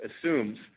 assumes